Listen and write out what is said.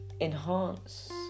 enhance